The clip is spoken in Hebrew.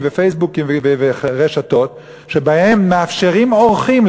ופייסבוקים ורשתות שבהם מאפשרים עורכים,